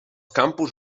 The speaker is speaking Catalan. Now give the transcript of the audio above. campus